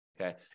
Okay